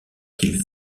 qu’il